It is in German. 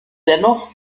dennoch